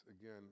again